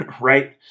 right